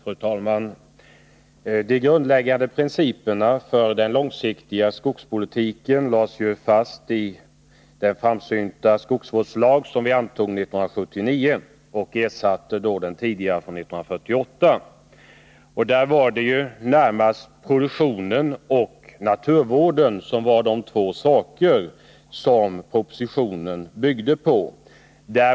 Fru talman! De grundläggande principerna för den långsiktiga skogspolitiken lades ju fast i den framsynta skogsvårdslag som riksdagen antog 1979 och som ersatte den tidigare skogsvårdslagen från 1948. Propositionen byggde närmast på två ting: skogsproduktion och naturvård.